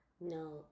No